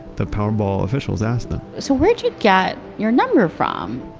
the powerball officials asked them, so where'd you get your number from?